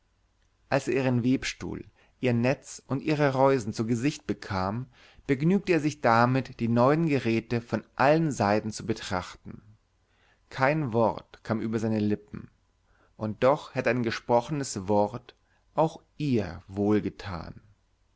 als er ihren webstuhl ihr netz und ihre reusen zu gesicht bekam begnügte er sich damit die neuen geräte von allen seiten zu betrachten kein wort kam über seine lippen und doch hätte ein gesprochenes lob auch ihr